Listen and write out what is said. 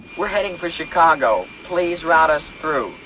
we're heading for chicago. please route us through.